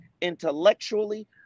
intellectually